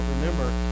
remember